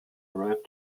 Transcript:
arrived